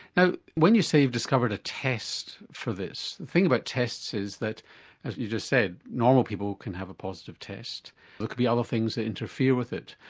now when you say you've discovered a test for this, the thing about tests is that as you just said, normal people could have a positive test, there but could be other things that interfere with it,